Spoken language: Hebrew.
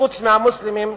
חוץ מהמוסלמים,